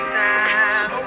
time